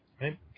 right